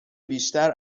بیشتر